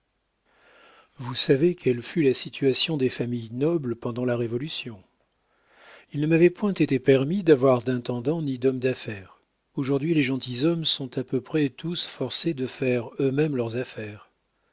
vous savez quelle fut la situation des familles nobles pendant la révolution il ne m'avait point été permis d'avoir d'intendant ni d'homme d'affaires aujourd'hui les gentilshommes sont à peu près tous forcés de faire eux-mêmes leurs affaires